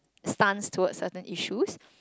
stuns towards certain issues